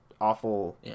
awful